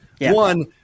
One